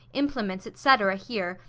implements, etc, here,